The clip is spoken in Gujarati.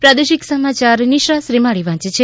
પ્રાદેશિક સમાચાર નિશા શ્રીમાળી વાંચ છે